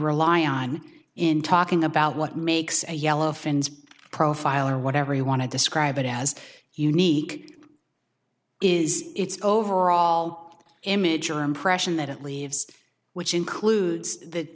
rely on in talking about what makes a yellow offends profile or whatever you want to describe it as unique is its overall image or impression that it leaves which includes the